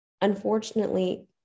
unfortunately